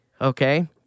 okay